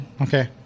Okay